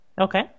Okay